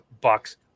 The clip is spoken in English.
bucks